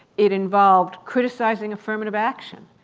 it involved criticizing affirmative action.